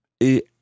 et